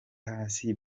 hasi